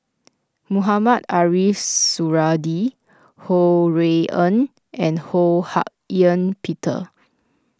Mohamed Ariff Suradi Ho Rui An and Ho Hak Ean Peter